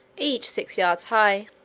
each six yards high.